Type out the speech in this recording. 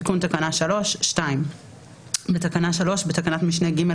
תיקון תקנה 3 בתקנת משנה (ג),